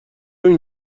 این